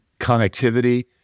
connectivity